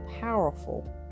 powerful